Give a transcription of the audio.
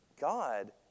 God